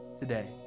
today